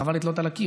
חבל לתלות על הקיר,